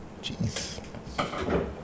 Jeez